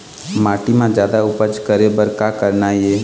माटी म जादा उपज करे बर का करना ये?